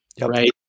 right